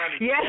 Yes